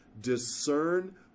discern